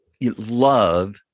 love